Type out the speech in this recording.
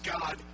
God